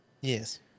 Yes